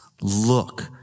look